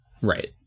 Right